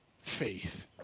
faith